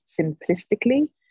simplistically